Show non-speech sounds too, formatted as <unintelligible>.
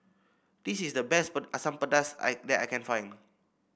this is the best <unintelligible> Asam Pedas that I can find